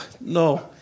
no